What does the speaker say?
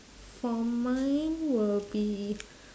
for mine will be